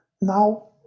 now